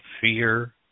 fear